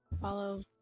follow